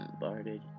bombarded